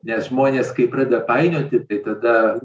nes žmonės kai pradeda painioti tai tada